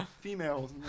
females